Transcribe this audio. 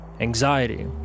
Anxiety